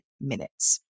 minutes